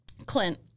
Clint